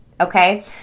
Okay